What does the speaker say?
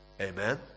Amen